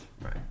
Right